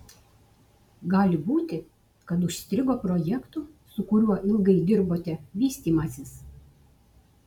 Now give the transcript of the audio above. gali būti kad užstrigo projekto su kuriuo ilgai dirbote vystymasis